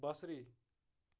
بصری